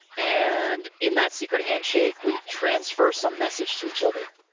and in that secret handshake we transfer some message to each other.